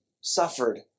suffered